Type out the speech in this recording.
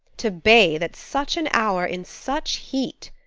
to bathe at such an hour in such heat!